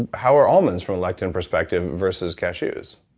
ah how are almonds from a lectin perspective versus cashews?